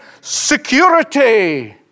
security